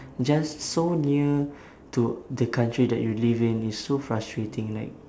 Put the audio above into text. just so near to the country that you live in it's so frustrating like